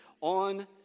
on